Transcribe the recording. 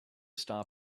stop